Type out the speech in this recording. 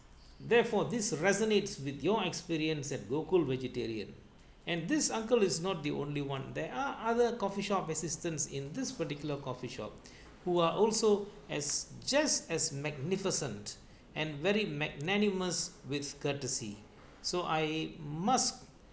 therefore this resonates with your experience at local vegetarian and this uncle is not the only one there are other coffeeshop assistance in this particular coffeeshop who are also as just as magnificent and very magnanimous with courtesy so I must